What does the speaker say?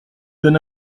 donne